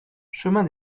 chemin